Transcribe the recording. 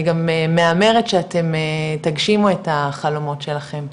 גם מהמרת שאתם תגשימו את החלומות שלכם,